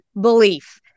belief